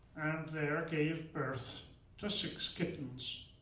there gave birth to six kittens.